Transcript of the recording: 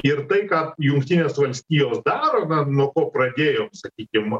ir tai ką jungtinės valstijos daro na nuo ko pradėjom sakykim